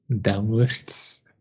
downwards